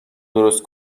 درست